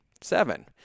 Seven